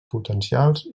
potencials